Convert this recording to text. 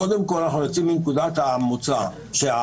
קודם כול אנחנו יוצאים מנקודת מוצא שעמדת